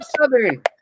Southern